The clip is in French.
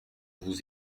vous